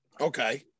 okay